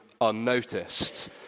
unnoticed